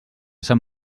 sant